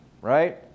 right